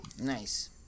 Nice